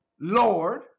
Lord